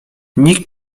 nikt